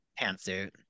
pantsuit